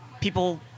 people